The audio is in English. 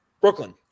brooklyn